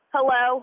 Hello